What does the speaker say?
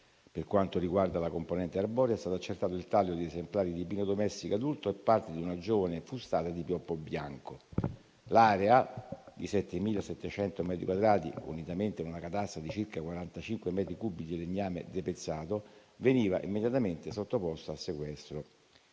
Per quanto riguarda la componente arborea, è stato accertato il taglio di esemplari di pino domestico adulto e parte di una giovane fustata di pioppo bianco. L'area di 7.700 metri quadrati, unitamente ad una catasta di circa 45 metri cubi di legname depezzato, veniva immediatamente sottoposta a sequestro.